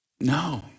No